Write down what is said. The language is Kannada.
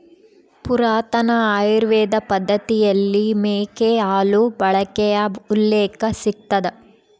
ಪುರಾತನ ಆಯುರ್ವೇದ ಪದ್ದತಿಯಲ್ಲಿ ಮೇಕೆ ಹಾಲು ಬಳಕೆಯ ಉಲ್ಲೇಖ ಸಿಗ್ತದ